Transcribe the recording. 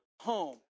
home